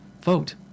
Vote